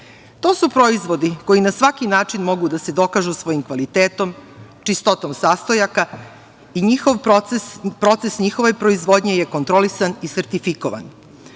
To su proizvodi koji na svaki način mogu da se dokažu svojim kvalitetom, čistotom sastojaka i njihov proces, proces njihove proizvodnje je kontrolisan i sertifikovan. Dokaz